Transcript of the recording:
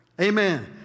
Amen